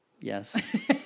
Yes